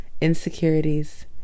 insecurities